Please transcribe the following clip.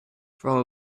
from